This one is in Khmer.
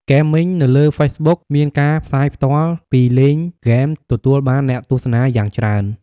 ហ្គេមមីង នៅលើ ហ្វេសបុក មានការផ្សាយផ្ទាល់ពីលេងហ្គេមទទួលបានអ្នកទស្សនាយ៉ាងច្រើន។